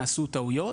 נעשו טעויות.